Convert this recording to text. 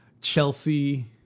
chelsea